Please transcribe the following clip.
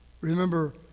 Remember